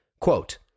quote